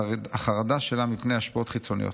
החרדה שלה מפני השפעות חיצוניות,